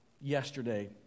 yesterday